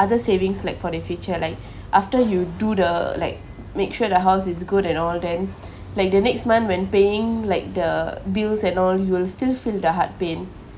other savings like for the future like after you do the like make sure the house is good an all then like the next month when paying like the bills and all you'll still feel the heart pain